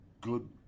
Good